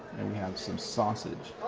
and we have some sausage.